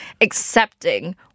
accepting